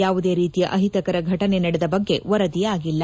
ಯಾವುದೇ ರೀತಿಯ ಅಹಿತಕರ ಘಟನೆ ನಡೆದ ಬಗ್ಗೆ ವರದಿಯಾಗಿಲ್ಲ